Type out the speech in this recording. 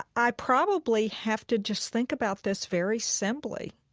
i probably have to just think about this very simply,